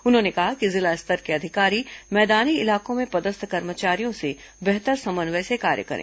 उन्होंने कहा कि जिला स्तर के अधिकारी मैदानी इलाकों में पदस्थ कर्मचारियों से बेहतर समन्वय से कार्य करें